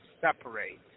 separate